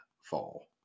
fall